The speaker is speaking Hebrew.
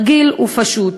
רגיל ופשוט.